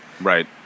Right